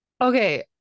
Okay